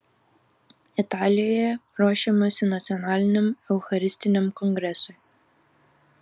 italijoje ruošiamasi nacionaliniam eucharistiniam kongresui